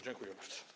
Dziękuję bardzo.